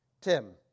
Tim